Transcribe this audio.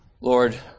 Lord